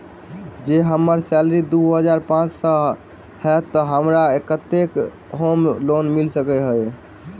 जँ हम्मर सैलरी दु हजार पांच सै हएत तऽ हमरा केतना होम लोन मिल सकै है?